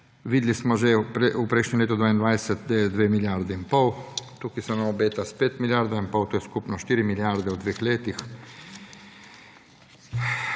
videli smo že v prejšnjem letu 2022, da je dve milijardi in pol, tukaj se nam obeta spet milijarda in pol, to je skupno 4 milijarde v dveh letih.